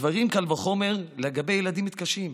הדברים הם בקל וחומר לגבי ילדים מתקשים.